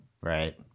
right